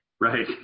Right